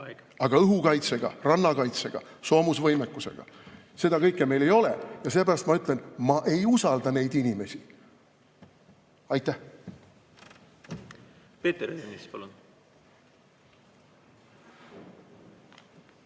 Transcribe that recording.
aga õhukaitsega, rannakaitsega, soomusvõimekusega. Seda kõike meil ei ole ja seepärast ma ütlen: ma ei usalda neid inimesi. Aitäh!